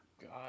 God